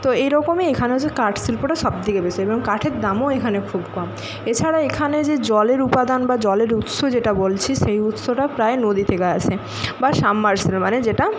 তো এইরকমই এইখানে হচ্ছে কাঠ শিল্পটা সব থেকে বেশি এবং কাঠের দামও এখানে খুব কম এছাড়াও এখানে যে জলের উপাদান বা জলের উৎস যেটা বলছি সেই উৎসটা প্রায় নদী থেকে আসে বা সাবমারসিবল মানে যেটা